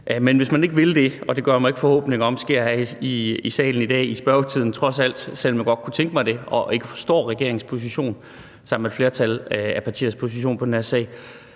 Men hvis man ikke vil det, og det gør jeg mig trods alt ikke forhåbninger om sker her i salen i dag i spørgetiden, selv om jeg godt kunne tænke mig det og ikke forstår regeringens position sammen med et flertal af partiers position i den her sag,